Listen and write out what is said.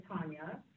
Tanya